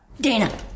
Dana